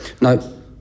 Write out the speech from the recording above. No